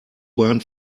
bahn